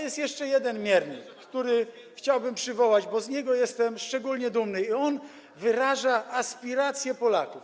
Jest jeszcze jeden miernik, który chciałbym przywołać, bo z niego jestem szczególnie dumny i on wyraża aspiracje Polaków.